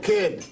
Kid